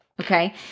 okay